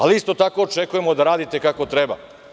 Ali, isto tako, očekujemo da radite kako treba.